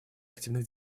активных